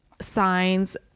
signs